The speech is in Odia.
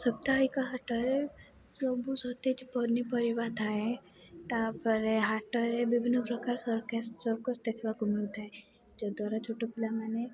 ସପ୍ତାହିକ ହାଟରେ ସବୁ ସତେଜ ପନିପରିବା ଥାଏ ତା'ପରେ ହାଟରେ ବିଭିନ୍ନ ପ୍ରକାର ସର୍କସ୍ ଦେଖିବାକୁ ମିଳିଥାଏ ଯାହା ଦ୍ଵାରା ଛୋଟ ପିଲାମାନେ